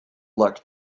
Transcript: luck